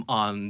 on